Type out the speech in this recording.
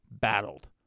battled